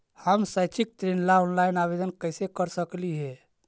हम शैक्षिक ऋण ला ऑनलाइन आवेदन कैसे कर सकली हे?